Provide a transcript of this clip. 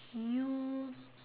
you